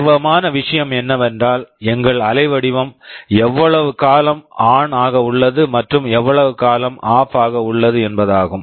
ஆர்வமான விஷயம் என்னவென்றால் எங்கள் அலைவடிவம் எவ்வளவு காலம் ஆன் ON ஆக உள்ளது மற்றும் எவ்வளவு காலம் ஆஃப் OFF ஆக உள்ளது என்பதாகும்